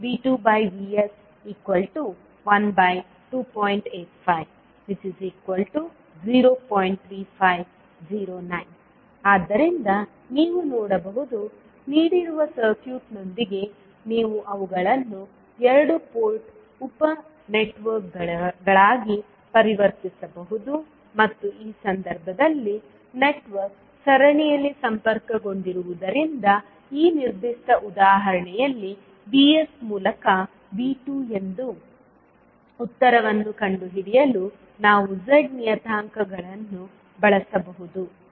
3509 ಆದ್ದರಿಂದ ನೀವು ನೋಡಬಹುದು ನೀಡಿರುವ ಸರ್ಕ್ಯೂಟ್ನೊಂದಿಗೆ ನೀವು ಅವುಗಳನ್ನು ಎರಡು ಪೋರ್ಟ್ ಉಪ ನೆಟ್ವರ್ಕ್ಗಳಾಗಿ ಪರಿವರ್ತಿಸಬಹುದು ಮತ್ತು ಈ ಸಂದರ್ಭದಲ್ಲಿ ನೆಟ್ವರ್ಕ್ ಸರಣಿಯಲ್ಲಿ ಸಂಪರ್ಕಗೊಂಡಿರುವುದರಿಂದಈ ನಿರ್ದಿಷ್ಟ ಉದಾಹರಣೆಯಲ್ಲಿ VS ಮೂಲಕ V 2 ಎಂದು ಉತ್ತರವನ್ನು ಕಂಡುಹಿಡಿಯಲು ನಾವು Z ನಿಯತಾಂಕಗಳನ್ನು ಬಳಸಬಹುದು